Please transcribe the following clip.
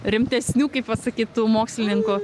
rimtesnių kaip pasakyt tų mokslininkų